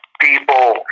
People